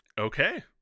Okay